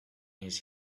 his